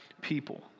people